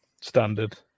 Standard